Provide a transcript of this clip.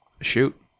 Shoot